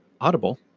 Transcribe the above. Audible